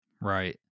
Right